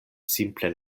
simple